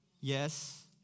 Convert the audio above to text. yes